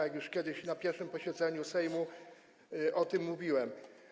Już kiedyś na pierwszym posiedzeniu Sejmu o tym mówiłem.